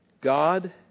God